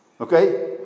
Okay